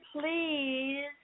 please